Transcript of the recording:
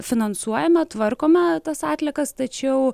finansuojame tvarkome tas atliekas tačiau